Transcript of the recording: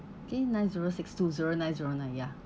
okay nine zero six two zero nine zero nine ya